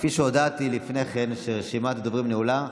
כפי שהודעתי לפני כן, רשימת הדוברים נעולה.